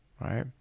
right